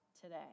today